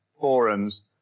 forums